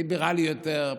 ליברלי יותר,